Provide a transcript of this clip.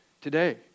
today